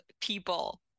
people